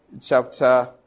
chapter